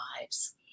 lives